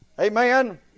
Amen